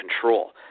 control